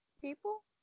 people